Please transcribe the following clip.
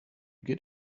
get